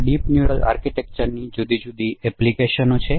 આ deep neural આર્કિટેક્ચરની જુદી જુદી એપ્લિકેશનો છે